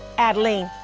adeline,